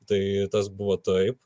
tai tas buvo taip